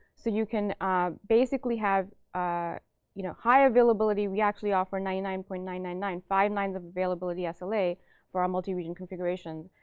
so you can basically have ah you know higher availability. we actually offer ninety nine point nine nine nine, five nines of availability sla, for our multi-region configuration.